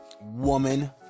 woman